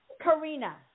Karina